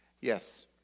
yes